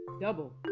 double